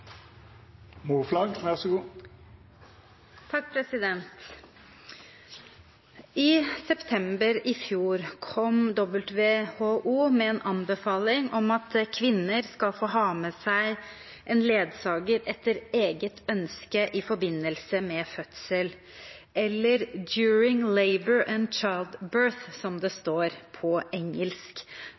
I september i fjor kom WHO med en anbefaling om at kvinner skal få ha med seg en ledsager etter eget ønske i forbindelse med fødsel, eller «during labour and childbirth», som det står på engelsk.